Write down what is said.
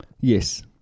Yes